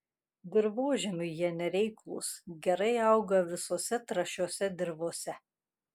dirvožemiui jie nereiklūs gerai auga visose trąšiose dirvose